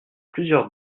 plusieurs